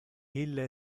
ille